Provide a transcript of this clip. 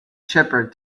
shepherd